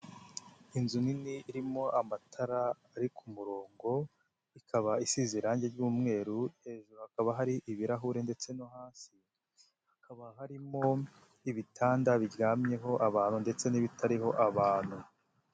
Inzu nini irimo amatara ari ku murongo, ikaba isize irangi ry'mweru, hejuru hakaba hariho ibirahuri ndetse no hasi hakaba harimo ibitanda biryamyeho abantu ndetse n'ibitariho abantu.